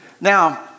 Now